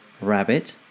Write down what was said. rabbit